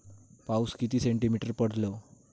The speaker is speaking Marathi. पाऊस किती सेंटीमीटर पडलो?